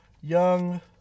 Young